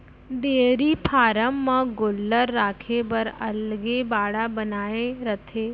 dairy farm म गोल्लर राखे बर अलगे बाड़ा बनाए रथें